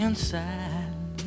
Inside